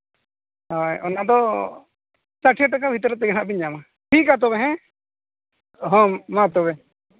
ᱦᱳᱭ ᱚᱱᱟ ᱫᱚ ᱥᱟᱴᱤᱭᱟᱹ ᱴᱟᱠᱟ ᱵᱷᱤᱛᱟᱹᱨ ᱛᱮᱜᱮ ᱱᱟᱦᱟᱸᱜ ᱵᱤᱱ ᱧᱟᱢᱟ ᱴᱷᱤᱠ ᱜᱮᱭᱟ ᱛᱚᱵᱮ ᱦᱮᱸ ᱦᱳᱭ ᱢᱟ ᱛᱚᱵᱮ